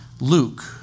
Luke